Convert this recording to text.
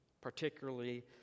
particularly